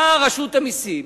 באה רשות המסים